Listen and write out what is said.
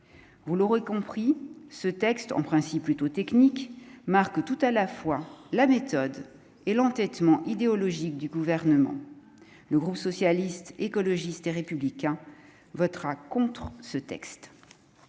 vous l'aurez compris ce texte en principe plutôt technique Marc tout à la fois la méthode et l'entêtement idéologique du gouvernement, le groupe socialiste, écologiste et républicain, votera contre ce texte.